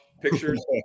pictures